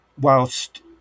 whilst